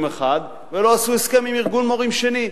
אחד ולא עשו הסכם עם ארגון מורים שני,